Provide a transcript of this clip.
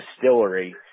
distillery